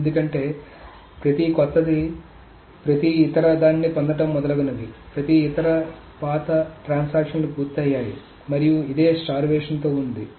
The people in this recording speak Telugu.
ఎందుకంటే ప్రతి క్రొత్తది ప్రతి ఇతర దానిని పొందడం మొదలగునవి ప్రతి ఇతర పాత ట్రాన్సాక్షన్ లు పూర్తయ్యాయి మరియు ఇదే స్టార్వేషన్ తో ఉంది